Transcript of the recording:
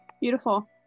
Beautiful